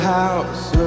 house